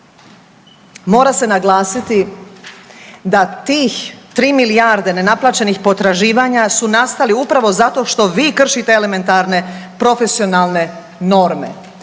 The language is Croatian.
mora se naglasiti da tih 3 milijarde nenaplaćenih potraživanja su nastali upravo zato što vi kršite elementarne profesionalne norme.